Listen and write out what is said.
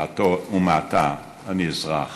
ומעתה אני אזרח